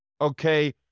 Okay